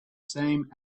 same